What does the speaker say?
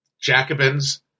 Jacobin's